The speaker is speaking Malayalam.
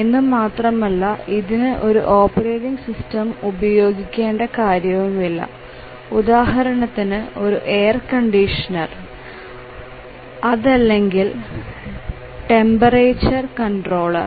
എന്നു മാത്രമല്ല ഇതിന് ഒരു ഓപ്പറേറ്റിംഗ് സിസ്റ്റം ഉപയോഗിക്കേണ്ട കാര്യവുമില്ല ഉദാഹരണത്തിന് ഒരു എയർകണ്ടീഷണർ അതല്ലെങ്കിൽ ടെമ്പറേച്ചർ കൺട്രോളർ